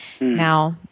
Now